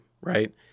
right